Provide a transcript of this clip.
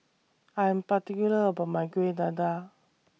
I'm particular about My Kuih Dadar